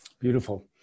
Beautiful